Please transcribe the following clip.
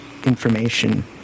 information